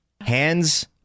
Hands